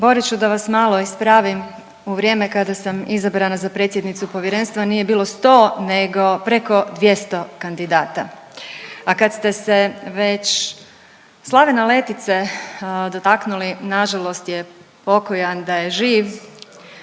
da vas malo ispravim u vrijeme kada sam izabrana za predsjednicu povjerenstva, nije bilo 100 nego preko 200 kandidata, a kad ste se već Slavena Letice dotaknuli, nažalost je pokojan, da je živ